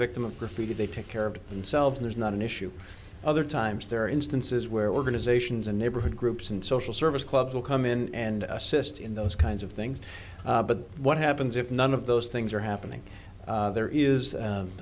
victim of graffiti they take care of themselves there's not an issue other times there are instances where organizations and neighborhood groups and social service clubs will come in and assist in those kinds of things but what happens if none of those things are happening there is